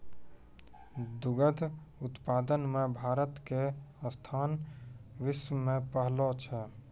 दुग्ध उत्पादन मॅ भारत के स्थान विश्व मॅ पहलो छै